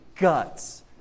guts